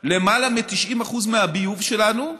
למעלה מ-90% מהביוב שלנו,